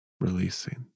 releasing